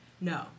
No